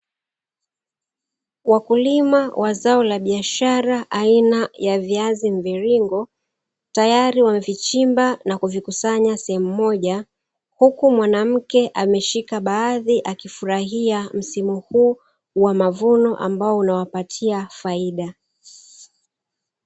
Wakulima wa zao la biashara aia ya viazi mviringo, tayari wamevichimba na kuvikusanya sehemu moja, huku mwanamke ameshika baadhi akifurahia msimu huu wa mavuno ambao unawapatia faida.